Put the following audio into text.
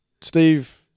Steve